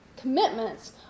commitments